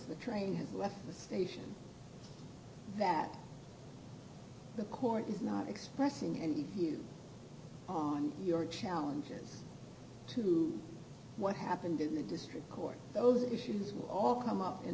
the station that the court is not expressing and you on your challenges to what happened in the district court those issues will all come up in